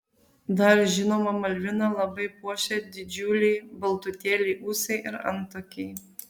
dar žinoma malviną labai puošia didžiuliai baltutėliai ūsai ir antakiai